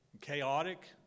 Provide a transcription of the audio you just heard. chaotic